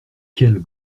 quelle